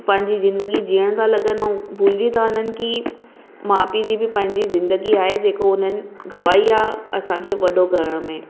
उ पंहिंजी ज़िंदगी जिअणु था लॻनि ऐं भुलिजी था वञनि की माउ पीउ जी बि पंहिंजी ज़िंदगी आहे जेको उन्हनि गवाई आहे असांखे वॾो करण में